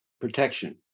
protection